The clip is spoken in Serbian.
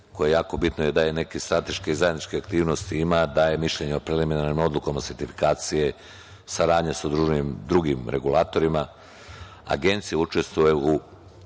koja je jako bitna, jer daje neke strateške i zajedničke aktivnosti, daje mišljenje o preliminarnim odlukama o sertifikaciji, saradnja sa drugim regulatorima. Agencija učestvuje u